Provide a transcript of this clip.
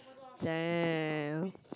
damn